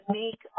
make